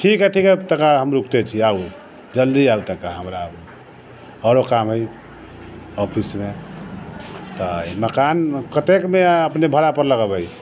ठीक है ठीक है तखन हम रुकते छी आउ जल्दी आउ तनिका अहाँ हमरा आओरो काम है ऑफिसमे तऽ मकान कतेक मे अपने भाड़ा पर लगेबै